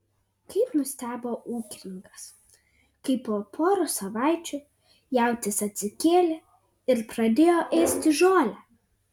kaip nustebo ūkininkas kai po poros savaičių jautis atsikėlė ir pradėjo ėsti žolę